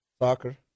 soccer